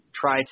try